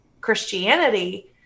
Christianity